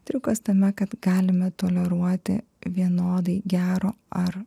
triukas tame kad galime toleruoti vienodai gero ar